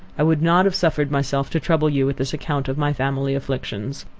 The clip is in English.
i would not have suffered myself to trouble you with this account of my family afflictions,